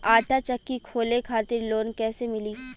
आटा चक्की खोले खातिर लोन कैसे मिली?